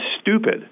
stupid